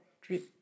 drip